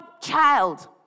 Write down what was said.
child